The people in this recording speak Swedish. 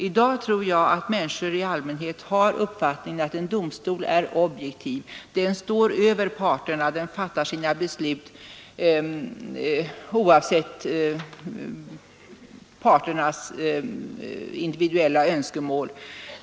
I dag tror jag att människor i allmänhet har uppfattningen att en domstol är objektiv; den står över parterna och den fattar sina beslut oavsett parternas individuella önskemål.